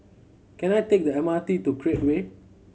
can I take the M R T to Create Way